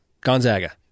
Gonzaga